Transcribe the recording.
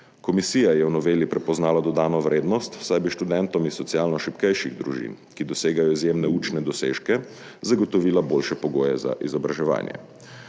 Komisija je v noveli prepoznala dodano vrednost, saj bi študentom iz socialno šibkejših družin, ki dosegajo izjemne učne dosežke, zagotovila boljše pogoje za izobraževanje.